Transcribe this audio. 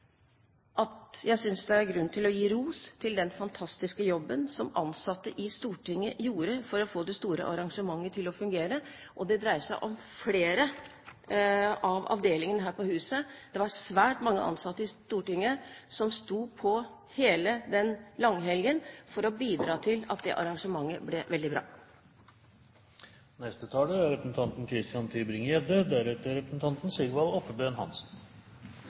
at jeg synes det er grunn til å gi ros for den fantastiske jobben som ansatte i Stortinget gjorde for å få det store arrangementet til å fungere. Det dreier seg om flere av avdelingene her i huset. Det var svært mange ansatte i Stortinget som sto på hele den langhelgen for å bidra til at det arrangementet ble veldig bra.